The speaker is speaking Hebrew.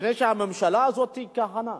לפני שהממשלה הזאת כיהנה.